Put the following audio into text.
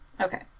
Okay